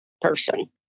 person